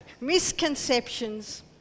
misconceptions